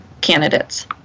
candidates